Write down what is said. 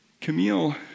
Camille